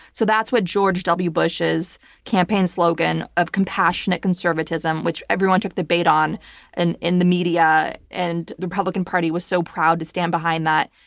so that's what george w. bush's campaign slogan of compassionate conservatism, which everyone took the bait on and in the media, and the republican party was so proud to stand behind that.